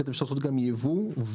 כי אז אפשר לעשות גם יבוא ולהתחרות.